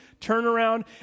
turnaround